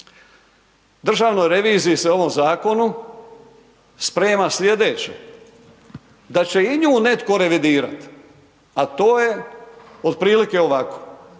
Državna reviziji se ovom zakonu sprema slijedeće, da će i nju netko revidirati, a to je otprilike ovako,